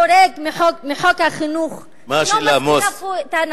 חורג מחוק החינוך, מה השאלה, מוץ?